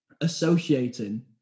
associating